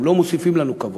הם לא מוסיפים לנו כבוד.